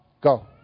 go